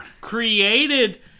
created